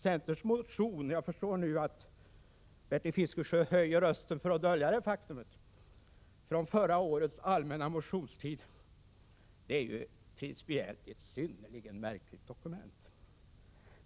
Centerns motion — och jag förstår att Bertil Fiskesjö nu höjer rösten för att dölja detta faktum — från förra årets allmänna motionstid är principiellt ett synnerligen märkligt dokument.